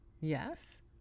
Yes